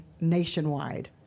nationwide